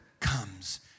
comes